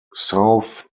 south